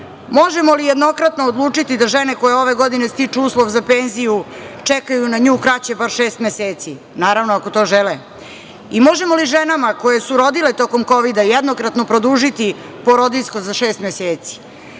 Možemo li jednokratno odlučiti da žene koje ove godine stiču uslov za penziju, čekaju na nju kraće, bar šest meseci? Naravno, ako to žele. I možemo li ženama koje su rodile tokom Kovida, jednokratno produžiti porodiljsko za šest meseci? Možemo